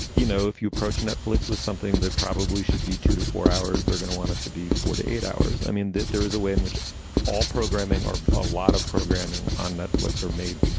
you know, if you approach netflix with something that probably should be two to four hours, they're gonna want it to be four to eight hours. i mean, that there is a way in which all programming or a lot of programming on netflix are made,